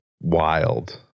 wild